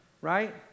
right